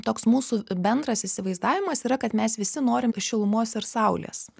toks mūsų bendras įsivaizdavimas yra kad mes visi norim šilumos ir saulės